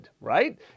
right